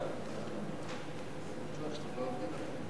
התרבות והספורט נתקבלה.